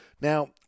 Now